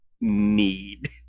Need